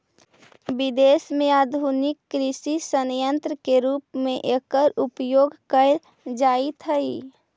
विदेश में आधुनिक कृषि सन्यन्त्र के रूप में एकर उपयोग कैल जाइत हई